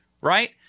right